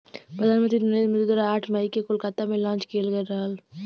प्रधान मंत्री नरेंद्र मोदी द्वारा आठ मई के कोलकाता में लॉन्च किहल गयल रहल